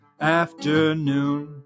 afternoon